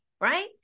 right